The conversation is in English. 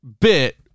bit